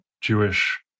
Jewish